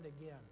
again